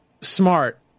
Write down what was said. smart